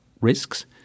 risks